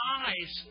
eyes